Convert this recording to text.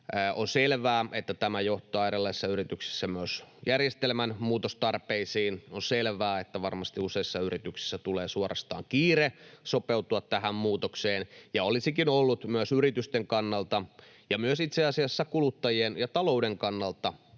On selvää, että tämä johtaa erilaisissa yrityksissä myös järjestelmän muutostarpeisiin, ja on selvää, että varmasti useissa yrityksissä tulee suorastaan kiire sopeutua tähän muutokseen. Olisikin ollut myös yritysten kannalta ja myös itse asiassa kuluttajien ja talouden kannalta